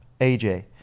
AJ